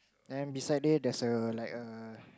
then beside it there's a like a